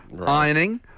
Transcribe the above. ironing